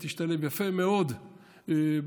ותשתלב יפה מאוד ותמשיך,